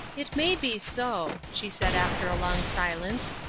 it may be so, she said, after a long silence.